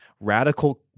radical